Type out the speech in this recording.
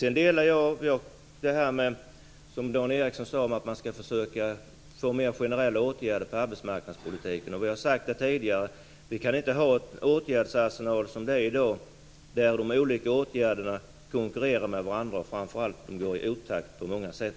Jag delar den uppfattning som Dan Ericsson har om att man skall försöka få mer generella åtgärder på arbetsmarknadspolitikens område. Vi har också sagt det tidigare: Vi kan inte ha en åtgärdsarsenal där som i dag de olika åtgärderna konkurrerar med varandra och där de framför allt är i otakt på många sätt.